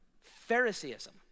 Phariseeism